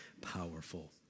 powerful